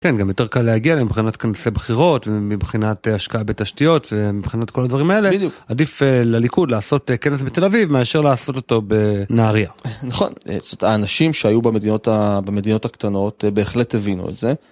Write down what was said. כן, גם יותר קל להגיע לזה מבחינת כנסי בחירות ומבחינת השקעה בתשתיות ומבחינת כל הדברים האלה. בדיוק. עדיף לליכוד לעשות כנס בתל אביב מאשר לעשות אותו בנהריה. נכון. זאת אומרת, האנשים שהיו במדינות הקטנות בהחלט הבינו את זה.